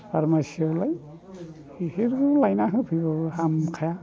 फार्मासियावलाय इसोरबो लायना होफैब्लाबो हामखाया